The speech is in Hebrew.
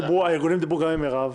--- הארגונים דיברו גם עם מירב,